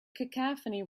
cacophony